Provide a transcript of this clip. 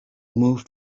moved